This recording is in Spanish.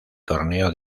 torneo